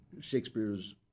Shakespeare's